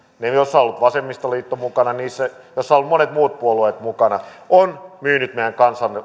joissa on ollut vasemmistoliitto mukana ne joissa ovat olleet monet muut puolueet mukana ovat myyneet meidän